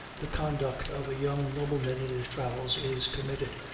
the conduct of a young nobleman in his travels is committed,